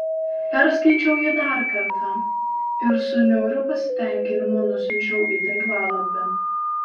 perskaičiau jį dar kartą ir su niauriu pasitenkinimu nusiunčiau į tinklalapį